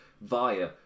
via